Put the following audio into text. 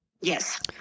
yes